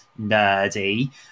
nerdy